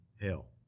hell